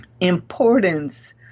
importance